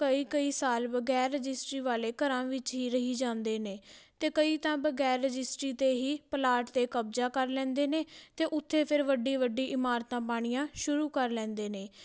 ਕਈ ਕਈ ਸਾਲ ਬਗੈਰ ਰਜਿਸਟਰੀ ਵਾਲੇ ਘਰਾਂ ਵਿੱਚ ਹੀ ਰਹੀ ਜਾਂਦੇ ਨੇ ਅਤੇ ਕਈ ਤਾਂ ਬਗੈਰ ਰਜਿਸਟਰੀ ਤੋਂ ਹੀ ਪਲਾਟ 'ਤੇ ਕਬਜ਼ਾ ਕਰ ਲੈਂਦੇ ਨੇ ਅਤੇ ਉੱਤੇ ਫਿਰ ਵੱਡੀ ਵੱਡੀ ਇਮਾਰਤਾਂ ਪਾਉਣੀਆਂ ਸ਼ੁਰੂ ਕਰ ਲੈਂਦੇ ਨੇ